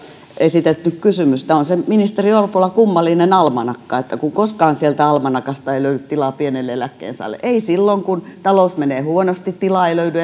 esitetty kysymys että on se ministeri orpolla kummallinen almanakka kun koskaan sieltä almanakasta ei löydy tilaa pienelle eläkkeensaajalle silloin kun talous menee huonosti tilaa ei löydy